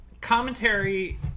Commentary